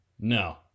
No